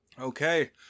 Okay